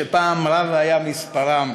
/ שפעם רב היה מספרם.